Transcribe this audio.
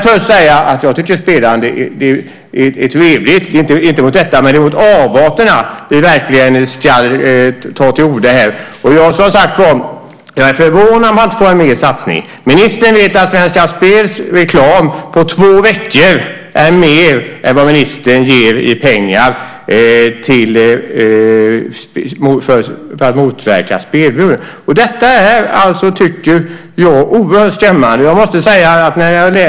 Jag tycker att spelande är trevligt. Det är mot avarterna vi ska ta till orda. Jag är förvånad över att man inte får mer i satsning. Ministern vet att Svenska Spels reklam på två veckor kostar mer än vad ministern ger i pengar för att motverka spelberoende. Det är oerhört skrämmande, tycker jag.